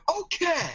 Okay